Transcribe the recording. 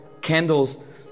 candles